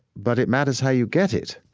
but it matters how you get it.